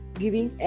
giving